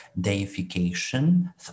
deification